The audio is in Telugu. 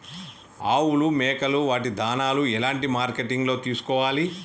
ఆవులు మేకలు వాటి దాణాలు ఎలాంటి మార్కెటింగ్ లో తీసుకోవాలి?